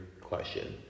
question